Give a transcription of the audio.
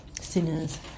sinners